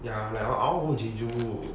ya well oh I wanna go jeju